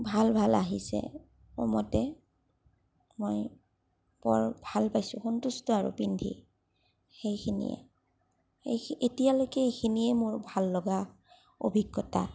ভাল ভাল আহিছে মোৰ মতে মই বৰ ভাল পাইছো সন্তুষ্ট আৰু পিন্ধি সেইখিনিয়ে এই এতিয়ালেকে সেইখিনিয়ে মোৰ ভাল লগা অভিজ্ঞতা